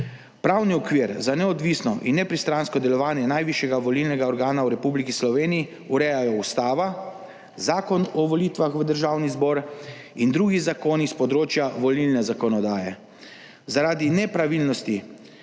Pravni okvir za neodvisno in nepristransko delovanje najvišjega volilnega organa v Republiki Sloveniji urejajo Ustava, Zakon o volitvah v Državni zbor in drugi zakoni s področja volilne zakonodaje. Zaradi nepravilnosti